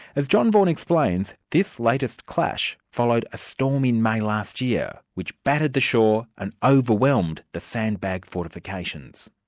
as john vaughan explains, this latest clash followed a storm in may last year, which battered the shore and overwhelmed the sandbag fortifications.